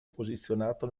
posizionato